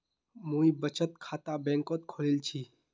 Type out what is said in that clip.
मुई बचत खाता बैंक़त खोलील छि